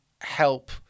help